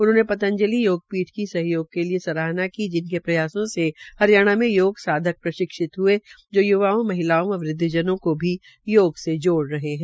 उन्होंने पतंजलि योग पीठ की सहयोग के लिए सराहना की जिनके प्रयासों से हरियाणा में योग साधक प्रशिक्षित हुए जो युवाओं महिलाओं व वृद्वजनों को भी योग से जोड़ रहे है